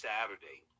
Saturday